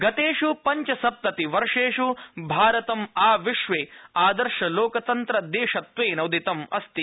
गतेष् पब्चसप्ततिवर्षेष् भारतम्आविश्वे आदर्शलोकतन्त्रदेशत्वेन उदितम् अस्ति